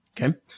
Okay